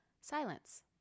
silence